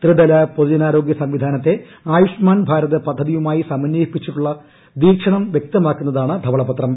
ത്രിതല പൊതുജനാരോഗൃ സംവിധാനത്തെ ആയുഷ്മാൻ ഭാരത് പദ്ധതിയുമായി സമന്വയിപ്പിച്ചുള്ള വീക്ഷണം വ്യക്തമാക്കുന്നതാണ് ധവളപത്രം